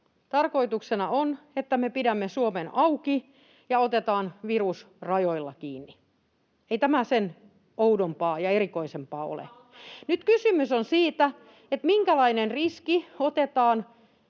tarkoituksena on, että me pidämme Suomen auki ja otetaan virus rajoilla kiinni. Ei tämä sen oudompaa ja erikoisempaa ole. [Sari Sarkomaa: Kunpa olisi otettu